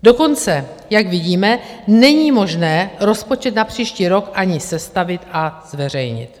Dokonce, jak vidíme, není možné rozpočet na příští rok ani sestavit a zveřejnit.